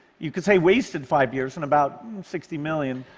you could say wasted five years, and about sixty million,